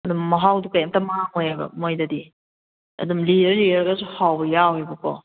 ꯑꯗꯨꯝ ꯃꯍꯥꯎꯗꯣ ꯀꯩꯝꯇ ꯃꯥꯡꯉꯣꯏꯕ ꯃꯣꯏꯗꯗꯤ ꯑꯗꯨꯝ ꯂꯤꯔ ꯂꯤꯔꯒꯁꯨ ꯍꯥꯎꯕ ꯌꯥꯎꯋꯦꯕꯀꯣ